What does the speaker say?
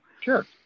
Sure